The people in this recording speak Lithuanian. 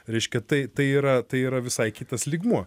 reiškia tai tai yra tai yra visai kitas lygmuo